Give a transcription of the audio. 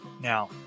Now